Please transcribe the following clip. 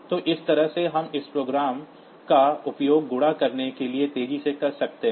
तो इस तरह से हम इस प्रोग्राम का उपयोग गुणा करने के लिए तेजी से कर सकते हैं